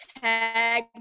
tag